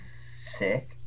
sick